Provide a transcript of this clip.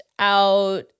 out